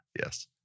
Yes